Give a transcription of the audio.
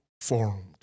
formed